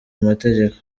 amategeko